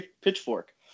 Pitchfork